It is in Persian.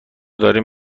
داریم